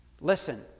Listen